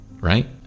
right